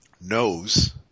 knows